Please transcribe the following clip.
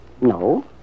no